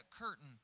curtain